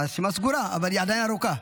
הרשימה סגורה, אבל היא עדיין ארוכה,